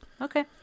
Okay